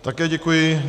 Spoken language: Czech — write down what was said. Také děkuji.